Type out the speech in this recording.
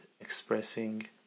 expressing